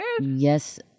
Yes